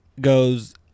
goes